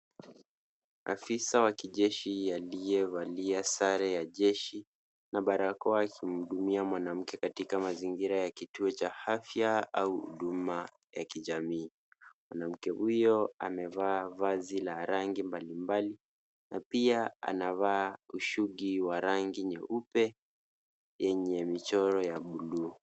Afisa wa kijeshi aliyevalia sare ya jeshi na barakoa akimhudumia mwanamke katika mazingira ya kituo cha afya au huduma ya kijamii. Mwanamke huyo amevaa vazi la rangi mbalimbali na pia anavaa ushugi wa rangi nyeupe yenye michoro ya bluu.